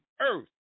earth